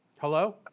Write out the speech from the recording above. Hello